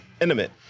intimate